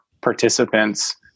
participants